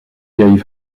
gave